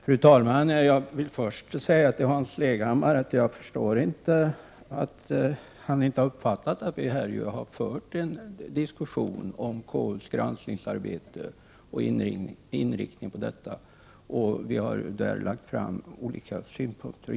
Fru talman! Jag vill först säga till Hans Leghammar att jag inte förstår att han inte har uppfattat att vi här har fört en diskussion om konstitutionsutskottets granskningsarbete och inriktningen av detta. Vi har i denna diskussion lagt fram olika synpunkter.